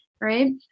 Right